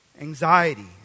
anxiety